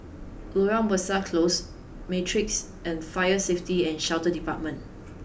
Loyang Besar Close Matrix and Fire Safety and Shelter Department